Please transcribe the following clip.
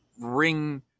ring